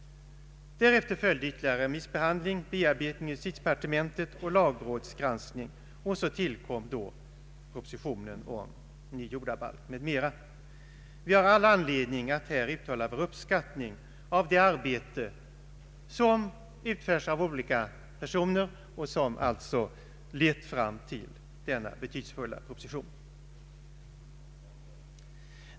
Därefter följde ytterligare remissbehandling, bearbetning i justitiedepartementet samt lagrådsgranskning, och så tillkom propositionen om ny jordabalk m.m. Vi har all anledning att uttala vår uppskattning av det arbete som utförts av olika personer och som alltså lett fram till denna betydelsefulla proposition.